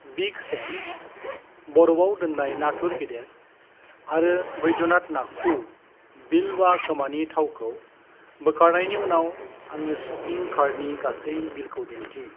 big सेम्स बरफाव दोन्नाय नाथुर गेदेर आरो बैद्यनाथ नागपुर बिल्वा खोमानि थावखौ बोखारनायनि उनाव आंनि सपिं कार्टनि गासै बिलखौ दिन्थि